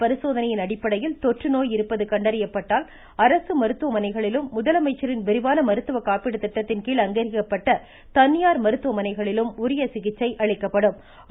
பரிசோதனையின் இந்த இருப்பது கண்டறியப்பட்டால் அரசு மருத்துவமனைகளிலும் முதலமைச்சரின் விரிவான மருத்துவ காப்பீடு திட்டத்தின்கீழ் அங்கீகரிக்கப்பட்டு தனியார் மருத்துவமனைகளிலும் உரிய சிகிச்சை அளிக்கப்பட்டு வருகிறது